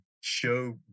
show